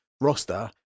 roster